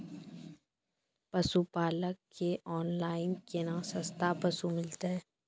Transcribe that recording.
पशुपालक कऽ ऑनलाइन केना सस्ता पसु मिलतै?